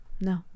no